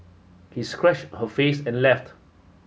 he scratched her face and left